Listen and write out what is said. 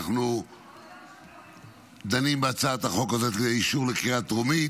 אנחנו דנים בהצעת החוק הזאת לאישור לקריאה טרומית.